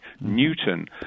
Newton